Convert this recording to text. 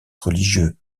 religieux